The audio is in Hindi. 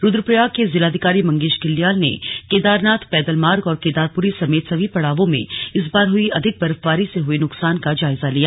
रुद्रप्रयाग के जिलाधिकारी मंगेश घिल्डियाल ने केदारनाथ पैदल मार्ग और केदारपुरी समेत सभी पड़ावों में इस बार हुई अधिक बर्फबारी से हुये नुकसान का जायजा लिया